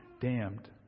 damned